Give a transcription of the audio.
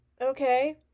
Okay